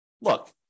look